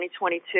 2022